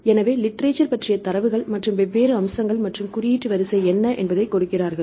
எனவே லிட்ரேசர் பற்றிய தரவுகள் மற்றும் வெவ்வேறு அம்சங்கள் மற்றும் குறியீட்டு வரிசை என்ன என்பதைக் கொடுக்கிறார்கள்